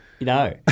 No